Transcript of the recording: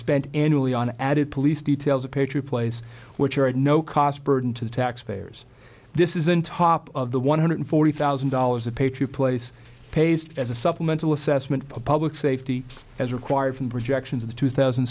annually on added police details of patriot place which are at no cost burden to the taxpayers this isn't top of the one hundred forty thousand dollars a patriot place pays as a supplemental assessment of public safety as required from projections of the two thousand